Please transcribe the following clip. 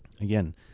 again